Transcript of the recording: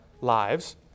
lives